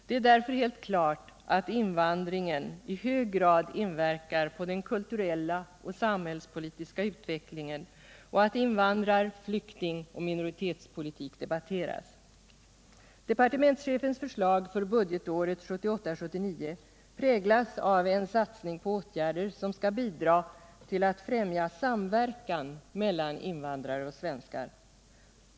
Det är därför helt klart, att invandringen i hög grad inverkar på den kulturella och samhällspolitiska utvecklingen och att invandrar-, flyktingoch minoritetspolitik debatteras. Departementschefens förslag för budgetåret 1978/79 präglas av en satsning på åtgärder, som skall bidra till att främja samverkan mellan invandrare och svenskar.